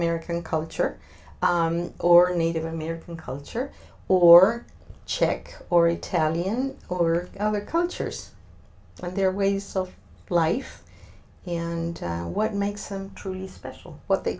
american culture or native american culture or chick or italian or other cultures but there are ways of life here and what makes them truly special what they